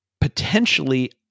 potentially